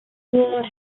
wore